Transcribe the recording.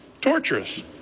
Torturous